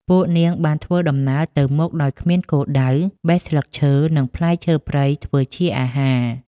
ពួកនាងបានធ្វើដំណើរទៅមុខដោយគ្មានគោលដៅ បេះស្លឹកឈើ និងផ្លែឈើព្រៃធ្វើជាអាហារ។